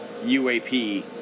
UAP